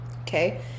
Okay